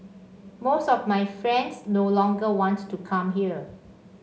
most of my friends no longer wants to come here